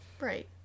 Right